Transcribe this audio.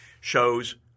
shows